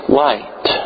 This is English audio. light